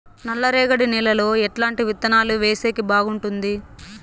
నల్లరేగడి నేలలో ఎట్లాంటి విత్తనాలు వేసేకి బాగుంటుంది?